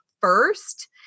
first